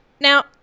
now